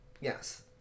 yes